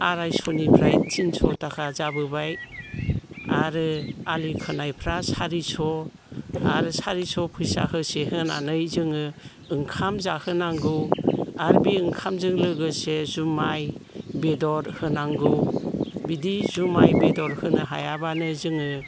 आरायस' निफ्राय थिनस'थाखा जाबोबाय आरो आलि खोनायफ्रा सारिस'आरो सारिस' फैसा होसे होनानै जोङो ओंखाम जाहो नांगौ आरो बे ओंखामजों लोगोसे जुमाय बेदर होनांगौ बिदि जुमाय बेदर होनो हायाब्लानो जोङो